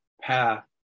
path